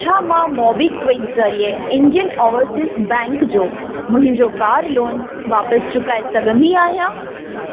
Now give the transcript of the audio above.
छा मां मोबीक्विक ज़रिए इंडियन ओवरसीज़ बैंक जो मुंहिंजो कार लोन वापिसि चुकाए सघंदी आहियां